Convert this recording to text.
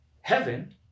heaven